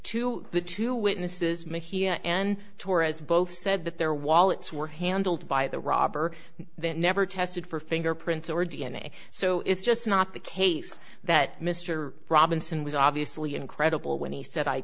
to the two witnesses may he a n torres both said that their wallets were handled by the robber that never tested for fingerprints or d n a so it's just not the case that mr robinson was obviously incredible when he said i